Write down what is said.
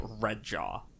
Redjaw